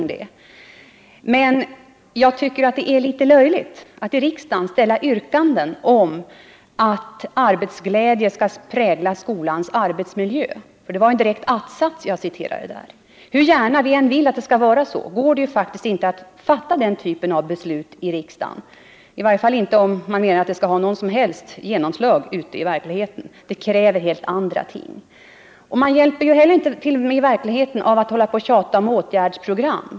Men det är litet löjligt att i riksdagen, för det var en att-sats i en motion som jag citerade, ställa yrkanden om att arbetsglädje skall prägla skolans arbetsmiljö. Hur gärna vi än tillönskar skolan arbetsglädje, så går det faktiskt inte att fatta den typen av beslut i riksdagen, i varje fall inte om man menar att det skall ha något som helst genomslag ute i verkligheten — det kräver helt andra åtgärder. Man förändrar heller inte verkligheten genom att tjata om åtgärdsprogram.